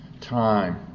time